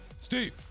Steve